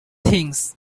things